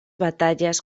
batallas